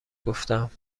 گفتم